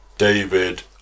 David